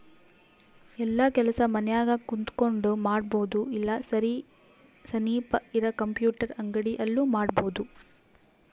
ಯೆಲ್ಲ ಕೆಲಸ ಮನ್ಯಾಗ ಕುಂತಕೊಂಡ್ ಮಾಡಬೊದು ಇಲ್ಲ ಸನಿಪ್ ಇರ ಕಂಪ್ಯೂಟರ್ ಅಂಗಡಿ ಅಲ್ಲು ಮಾಡ್ಬೋದು